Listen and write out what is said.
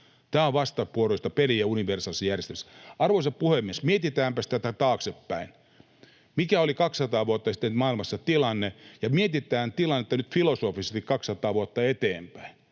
Tämä on vastavuoroista peliä universaalisessa järjestelmässä. Arvoisa puhemies! Mietitäänpäs tätä taaksepäin, mikä oli 200 vuotta sitten maailmassa tilanne, ja mietitään tilannetta nyt filosofisesti 200 vuotta eteenpäin.